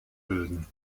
bilden